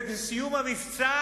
ובסיום המבצע